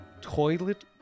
Toilet